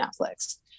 Netflix